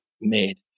made